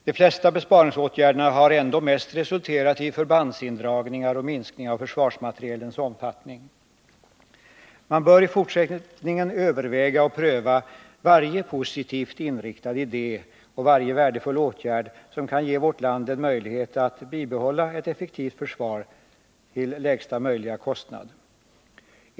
De flesta besparingsåtgärderna har ändå mest resulterat i Man bör i fortsättningen överväga och pröva varje positiv idé och varje värdefull åtgärd som kan innebära en möjlighet för vårt land att bibehålla ett effektivt försvar till lägsta möjliga kostnad.